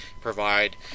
provide